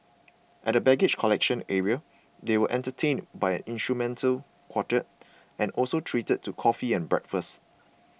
at the baggage collection area they were entertained by an instrumental quartet and also treated to coffee and breakfast